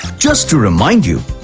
just to remind you.